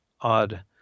odd